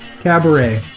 Cabaret